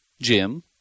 Jim